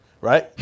right